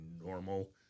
normal